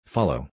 Follow